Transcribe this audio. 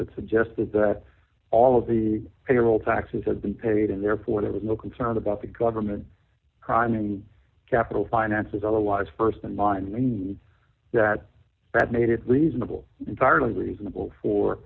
that suggested that all of the payroll taxes have been paid and therefore there was no concern about the government crime and capital finances otherwise st in mind i mean that that made it reasonable entirely reasonable for